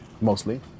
mostly